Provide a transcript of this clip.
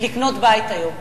לקנות בית היום?